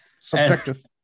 Subjective